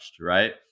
right